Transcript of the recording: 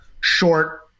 short